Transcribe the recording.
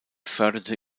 förderte